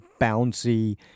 bouncy